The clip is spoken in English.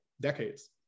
decades